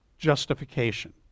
justification